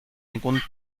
ningún